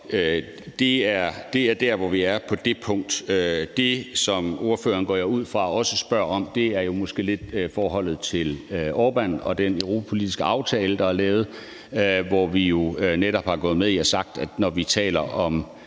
Så det er der, hvor vi er på det punkt. Det, som ordføreren også spørger om, går jeg ud fra, er måske lidt forholdet til Orbán og den europapolitiske aftale, der er lavet, hvor vi jo netop er gået med og har sagt, at når vi taler om